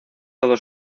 todo